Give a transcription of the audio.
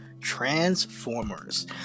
transformers